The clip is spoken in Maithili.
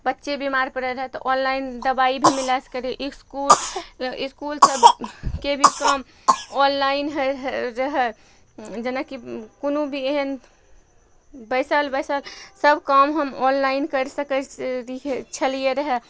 बच्चे बीमार पड़य रहय तऽ ऑनलाइन दबाइ भी मिला सकय रहियै इसकुल इसकुल सबके भी काम ऑनलाइन होइ रहय रहय जेनाकि कोनो भी एहन बैसल बैसल सब काम हम ऑनलाइन करि सकय रहिय छलियै रहय